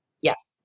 Yes